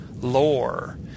lore